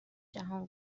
جهان